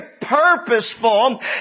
purposeful